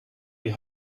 die